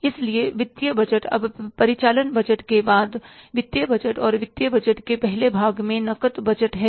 इसलिए वित्तीय बजट अब परिचालन बजट के बाद वित्तीय बजट और वित्तीय बजट के पहले भाग में नकद बजट है